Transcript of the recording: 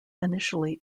initially